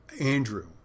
Andrew